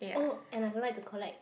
oh and I like to collect